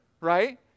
right